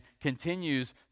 continues